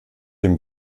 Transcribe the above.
dem